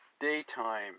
daytime